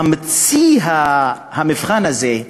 ממציא המבחן הזה,